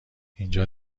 اینجا